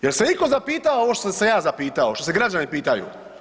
Jel se iko zapitao ovo što sam se ja zapitao, što se građani pitaju?